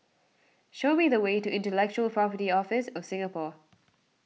show me the way to Intellectual Property Office of Singapore